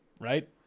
Right